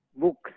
book